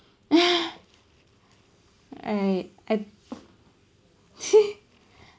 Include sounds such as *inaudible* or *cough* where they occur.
*laughs* I I *laughs*